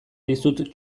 dizut